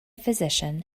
physician